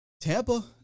Tampa